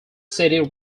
city